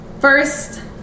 First